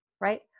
Right